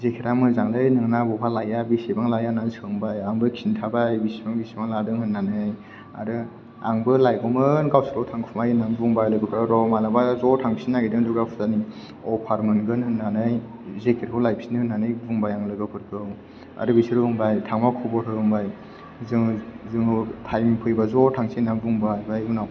जेकेटा मोजांलै नोंना बहा लाया बेसेबां लाया होननानै सोंबाय आंबो खिन्थाबाय बिसिबां बिसिबां लादों होननानै आरो आंबो लायगौमोन गावसोरल' थांखुमायो होननानै बुंबाय लोगोफोरा र' मालाबा ज' थांफिननो नागिरदों दुर्गा फुजानि अफार मोनगोन होननानै जेकेटखौ लायफिननो होननानै बुंबाय आङो लोगोफोरखौ आरो बिसोर बुंबाय थांबा खबर हो बुंबाय जोंबो टाइम फैबा ज' थांसै होननानै बुंबाय ओमफ्राय उनाव